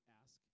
ask